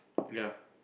ya